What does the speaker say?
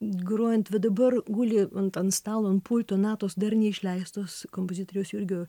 grojant va dabar guli ant ant stalo ant pulto natos dar neišleistos kompozitoriaus jurgio